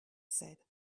said